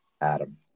Adam